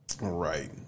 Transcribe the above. Right